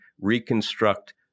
reconstruct